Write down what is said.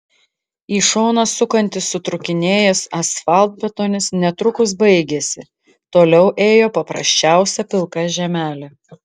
į šoną sukantis sutrūkinėjęs asfaltbetonis netrukus baigėsi toliau ėjo paprasčiausia pilka žemelė